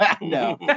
No